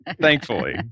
thankfully